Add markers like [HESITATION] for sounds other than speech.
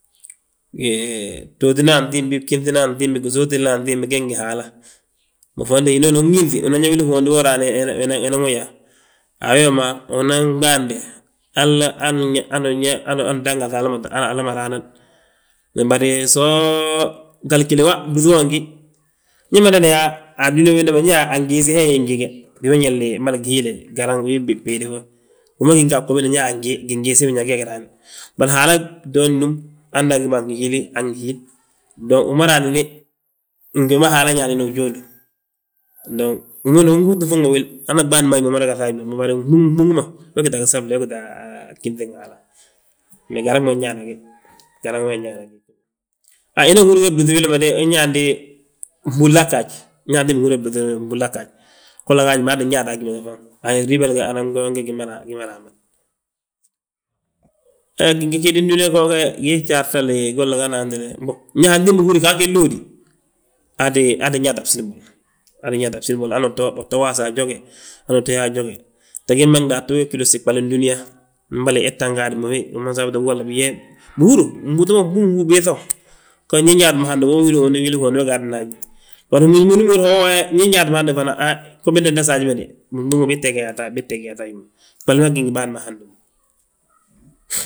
Wee btootina antimbi, ginŧina antimbi, msóotina antimbi, ge gi ngi Haala. Mbon fondi hinooni ungiŧi unan yaa wili unhondi we raani nan wi yaa, a wee ma unan ɓande, halla [HESITATION] hanu udan gaŧa hala ma raa nan. Iyoo, bari so galigile blúŧi ma gí, ñe madana yaa, adúniyaa, wiinda ma, ñe angiisi hee hi ingíy, boli gihiile garaŋ, wi béedi wo, wi ma gina a bgo biinda wii gingiisi biñaŋ gee gi raani. Bari Haala to núm handan gi bo anhihiil, dong wi ma raanini ngi wi ma Haala ñaanini wi jóodu, dong winooni uti fuuŋi wil, han ɓaalina mada gaŧi haji ma. Bari mbúŋ mbúŋ wi ma, we gita a gisafle, we gita a ginŧin Haala, me garaŋ wi nñaana gi, garaŋ nñaana wi. Hinooni húrni be blúŧini ma de nyaandi mbúlle gaaj, nda antimbi nhúri blúŧi willi ma búllaa ggaj. Golla, gaaj baa ttin yaanti a gi ma fan, anribale ange yooŋ gi ma raa man. He gingegegin dúniyaa we, goo ge gii jartale, golla go hana gentele, mbo antimbi húri gaafo inlóodi, aa tti nyaata a bsín bo, aa tti yaata a bsin bolo, hanu uto waasa a joge, hanu uu tto yaa a joge. Te gembe daatu gee gi wiloosi, ɓalin dúniyaa, mbolo hetan gaadi ma wi, wi ma nsabuti, bihúru, gbúuta bogi nbúŋ bibiiŧaw, go ndi nyaati mo hando go wili uhondi, wili uhondi we gaadana haj. Bari ndi húri yaa wo we, ndi nyaati mo hande fana bgo biinda ndasi haji ma de, mbo bii tte yaata, bii tteg yaata haji ma, ɓali ma gíni bân ma handomu.